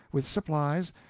with supplies,